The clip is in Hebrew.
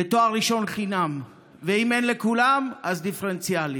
לתואר ראשון חינם, ואם אין לכולם, אז דיפרנציאלי.